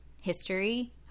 history